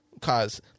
cause